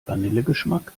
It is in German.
vanillegeschmack